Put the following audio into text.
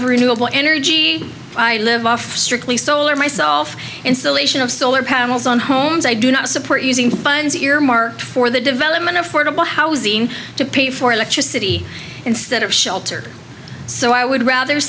of renewable energy i live off strictly solar myself installation of solar panels on homes i do not support using funds earmarked for the development affordable housing to pay for electricity instead of shelter so i would rather